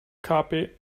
copy